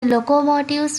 locomotives